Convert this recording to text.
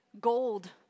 gold